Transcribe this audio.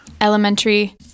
Elementary